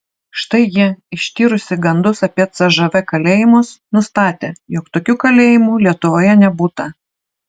štai ji ištyrusi gandus apie cžv kalėjimus nustatė jog tokių kalėjimų lietuvoje nebūta